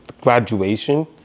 graduation